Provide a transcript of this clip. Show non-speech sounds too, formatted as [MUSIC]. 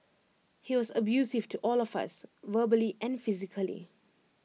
he was abusive to all of us verbally and [NOISE] physically